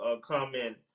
comment